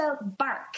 Bark